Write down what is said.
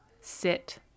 sit